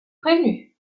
prévenu